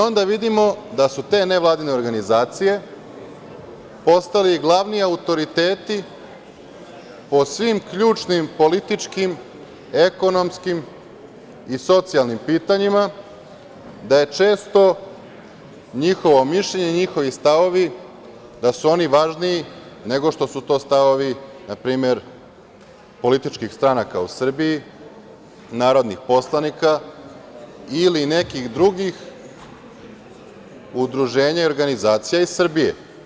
Onda vidimo da su te nevladine organizacije postali glavni autoriteti po svim ključnim političkim, ekonomskim i socijalnim pitanjima, da je često njihovo mišljenje, njihovi stavovi, da su oni važniji nego što su to stavovi npr. političkih stranaka u Srbiji, narodnih poslanika ili nekih drugih udruženja i organizacija iz Srbije.